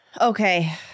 Okay